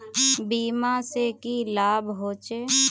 बीमा से की लाभ होचे?